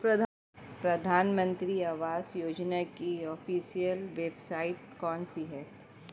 प्रधानमंत्री आवास योजना की official website कौन सी है?